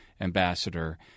ambassador